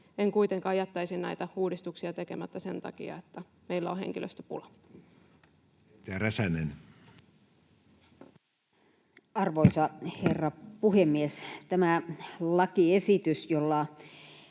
en kuitenkaan jättäisi näitä uudistuksia tekemättä sen takia, että meillä on henkilöstöpula. [Speech 86] Speaker: Matti Vanhanen